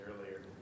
earlier